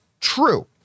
True